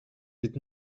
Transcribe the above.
did